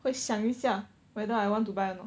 会想一下 whether I want to buy or not